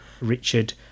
Richard